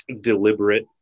deliberate